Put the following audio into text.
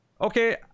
Okay